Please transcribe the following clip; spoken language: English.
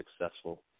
successful